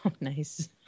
nice